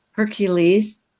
Hercules